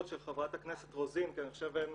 של חברתה כנסת רוזין כי אני חושב שהן